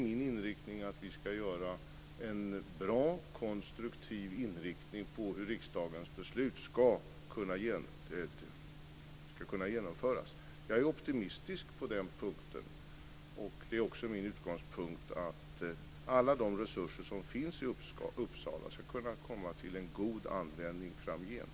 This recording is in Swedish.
Min avsikt är att vi ska göra en bra inriktning på hur riksdagens beslut ska kunna genomföras. Jag är optimistisk på den punkten. Min utgångspunkt är att alla de resurser som finns i Uppsala ska kunna komma till god användning framgent.